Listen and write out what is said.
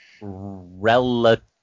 relative